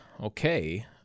Okay